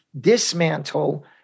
dismantle